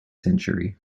century